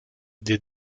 des